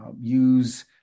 use